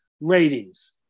ratings